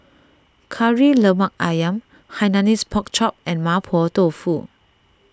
Kari Lemak Ayam Hainanese Pork Chop and Mapo Tofu